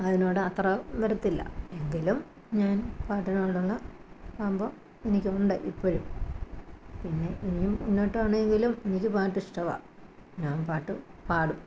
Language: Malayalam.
അതിനോട് അത്ര വരില്ല എങ്കിലും ഞാൻ പാട്ടുകളോടുള്ള കമ്പം എനിക്കുണ്ട് ഇപ്പോഴും പിന്നെ ഇനിയും മുന്നോട്ട് ആണെങ്കിലും എനിക്ക് പാട്ട് ഇഷ്ടമാണ് ഞാൻ പാട്ട് പാടും